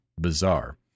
bizarre